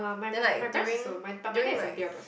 then like during during like